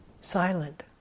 Silent